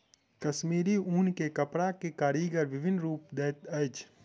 कश्मीरी ऊन के कपड़ा के कारीगर विभिन्न रूप दैत अछि